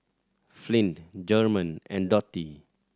Flint German and Dottie